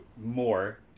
more